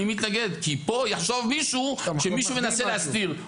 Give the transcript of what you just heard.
אני מתנגד כי פה יחשוב מישהו שמישהו מנסה להסתיר.